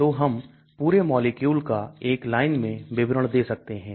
तो हम पूरे मॉलिक्यूल का एक लाइन में विवरण दे सकते हैं